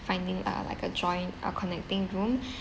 finding a like a joint a connecting room